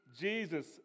Jesus